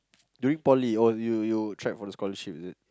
during poly oh you you tried for the scholarship is it